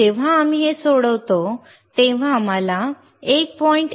तर जेव्हा आम्ही हे सोडवतो तेव्हा आम्हाला 1